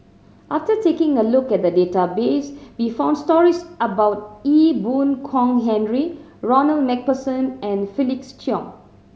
after taking a look at the database we found stories about Ee Boon Kong Henry Ronald Macpherson and Felix Cheong